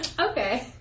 Okay